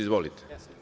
Izvolite.